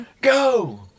go